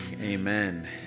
Amen